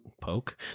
Poke